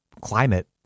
climate